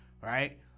right